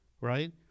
right